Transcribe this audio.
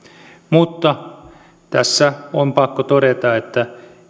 mutta tässä on pakko todeta että